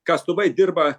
kastuvai dirba